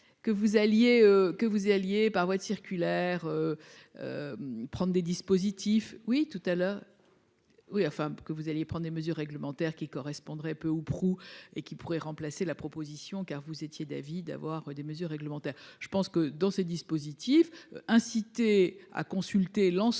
que vous y alliez par voie de circulaire. Prendre des dispositifs. Oui, tout à l'heure. Oui, enfin que vous alliez prendre des mesures réglementaires qui correspondrait peu ou prou et qui pourrait remplacer la proposition car vous étiez David avoir des mesures réglementaires. Je pense que dans ces dispositifs inciter à consulter l'ensemble